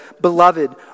Beloved